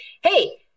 hey